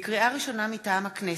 לקריאה ראשונה, מטעם הכנסת: